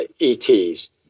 ETs